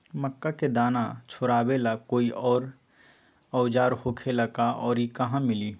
मक्का के दाना छोराबेला कोई औजार होखेला का और इ कहा मिली?